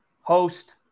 host